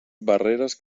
barreres